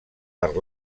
per